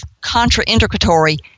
contraindicatory